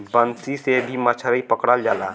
बंसी से भी मछरी पकड़ल जाला